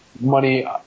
money